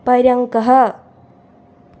पर्यङ्कः